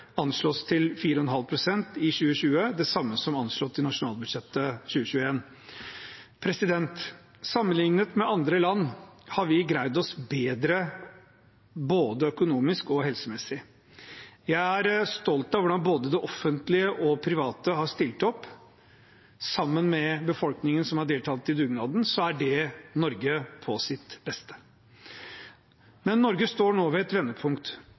anslås til 4,5 pst. i 2020, det samme som er anslått i nasjonalbudsjettet for 2021. Sammenlignet med andre land har vi greid oss bedre både økonomisk og helsemessig. Jeg er stolt av hvordan både det offentlige og private har stilt opp. Sammen med befolkningen, som har deltatt i dugnaden, er det Norge på sitt beste. Norge står nå ved et vendepunkt.